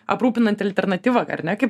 aprūpinanti alternatyva ar ne kaip